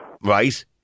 Right